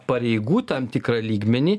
pareigų tam tikrą lygmenį